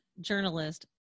journalist